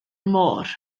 môr